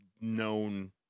known